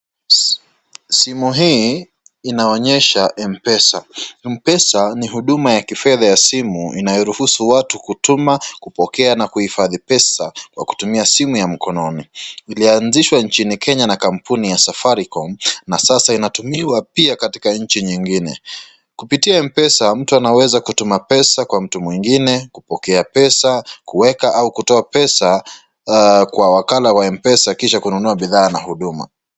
Simu hii inaonyesha Mpesa. Mpesa ni huduma ya kifedha ya simu inayoruhusu watu kutuma, kupokea na kuhifadhi pesa kwa kutumia simu ya mkononi. Ilianzishwa nchini kenya na kampuni ya Safaricom na sasa inatumiwa pia katika nchi nyingine. Kupitia mpesa mtu anaweza kutuma pesa kwa mtu mwingine kupokea pesa kuweka au kutoa kwa pesa kwa wakala wa mpesa kisha kununua bidhaa na huduma.